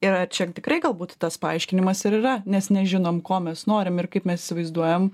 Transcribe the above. ir ar čia tikrai galbūt tas paaiškinimas ir yra nes nežinom ko mes norim ir kaip mes įsivaizduojam